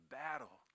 battle